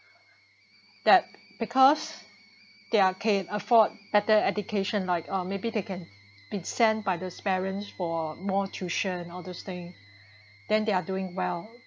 that because they are can afford better education like um maybe they can been sent by the parents for more tuition all those thing then they are doing well